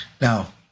Now